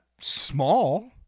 small